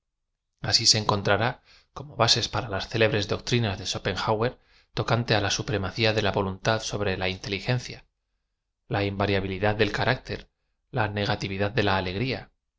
si se encontrará como bases de las célebres doctrinas de suhopenhauer to cante á la supremacía de la voluntad sobre la inteli gencia la invariabilidad del carácter la negatividad de la alegría